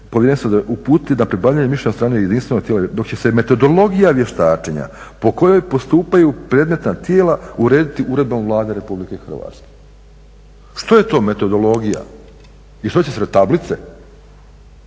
povjerenstvo, uputiti na pribavljanje mišljenja od strane jedinstvenog tijela dok će se metodologija vještačenja po kojoj postupaju predmetna tijela urediti uredbom Vlade Republike Hrvatske. Što je to metodologija i što će se raditi?